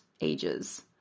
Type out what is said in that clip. ages